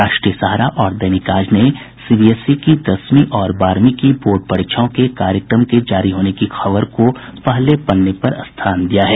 राष्ट्रीय सहारा और दैनिक आज ने सीबीएसई की दसवीं और बारहवीं की बोर्ड परीक्षाओं के कार्यक्रम के जारी होने की खबर को पहले पन्ने पर स्थान दिया है